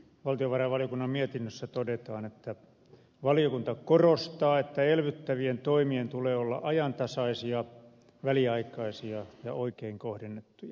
valtiovarainvaliokunnan mietinnössä todetaan että valiokunta korostaa että elvyttävien toimien tulee olla ajantasaisia väliaikaisia ja oikein kohdennettuja